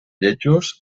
lletjos